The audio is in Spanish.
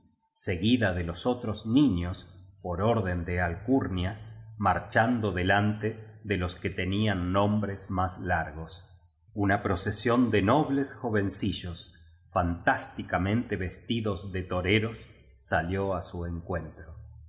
seguida de los otros niños por orden de alcurnia marchando delante los que te nían nombres más largos una procesión de nobles jovencillos fantásticamente ves tidos de toreros salió á su encuentro